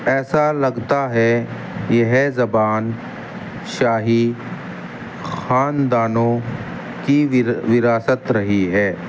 ایسا لگتا ہے یہ زبان شاہی خاندانوں کی وراثت رہی ہے